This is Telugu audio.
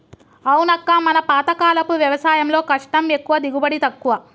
అవునక్క మన పాతకాలపు వ్యవసాయంలో కష్టం ఎక్కువ దిగుబడి తక్కువ